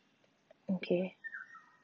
okay